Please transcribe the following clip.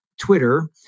Twitter